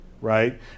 right